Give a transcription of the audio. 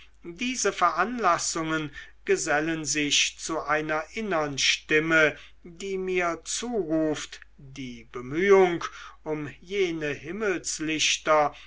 diese veranlassungen gesellen sich zu einer innern stimme die mir zuruft die bemühung um jene